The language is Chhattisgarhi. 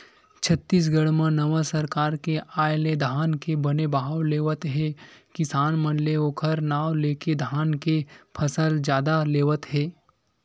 छत्तीसगढ़ म नवा सरकार के आय ले धान के बने भाव लेवत हे किसान मन ले ओखर नांव लेके धान के फसल जादा लेवत हे